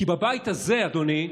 כי בבית הזה, אדוני,